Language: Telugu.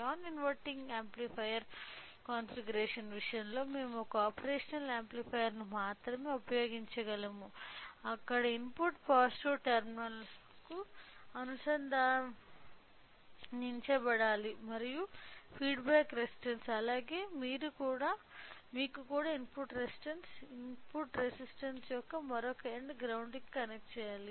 నాన్ ఇన్వర్టింగ్ యాంప్లిఫైయర్ కాన్ఫిగరేషన్ విషయంలో మేము ఒక ఆపరేషనల్ యాంప్లిఫైయర్ను మాత్రమే ఉపయోగించగలము అక్కడ ఇన్పుట్ పాజిటివ్ టెర్మినల్కు అనుసంధానించబడాలి మరియు ఫీడ్బ్యాక్ రెసిస్టన్స్ అలాగే మీకు కూడా ఇన్పుట్ రెసిస్టన్స్ ఇన్పుట్ రెసిస్టన్స్ యొక్క మరొక ఎండ్ గ్రౌండ్ కి కనెక్ట్ చెయ్యాలి